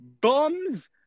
bums